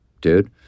dude